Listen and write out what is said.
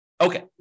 Okay